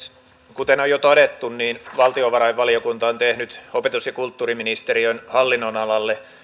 kuten on jo todettu valtiovarainvaliokunta on tehnyt opetus ja kulttuuriministeriön hallinnonalalle